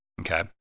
okay